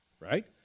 right